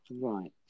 Right